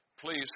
please